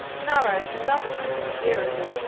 in our own and other countries of europe